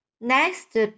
Next